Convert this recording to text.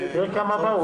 תודה.